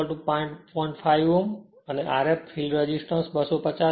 5 Ω અને Rf field resistance 250 છે